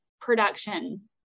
production